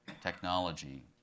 technology